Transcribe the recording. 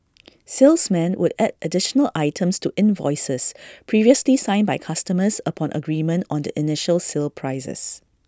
salesmen would add additional items to invoices previously signed by customers upon agreement on the initial sale prices